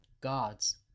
God's